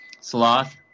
Sloth